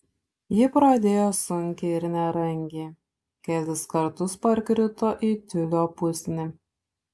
ji pradėjo sunkiai ir nerangiai kelis kartus parkrito į tiulio pusnį